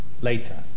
later